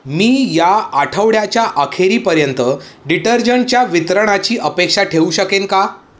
मी या आठवड्याच्या अखेरीपर्यंत डिटर्जंटच्या वितरणाची अपेक्षा ठेवू शकेन का